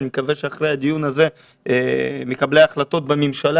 אני מקווה שאחרי הדיון הזה מקבלי ההחלטות בממשלה